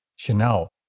Chanel